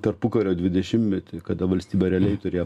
tarpukario dvidešimtmetį kada valstybė realiai turėjo